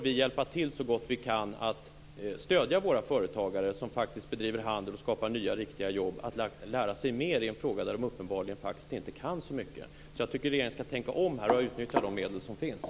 Vi bör så gott vi kan stödja våra företagare som bedriver handel och skapar nya riktiga jobb att lära sig mer i en fråga där de uppenbarligen inte kan så mycket. Jag tycker att regeringen skall tänka om och utnyttja de medel som finns.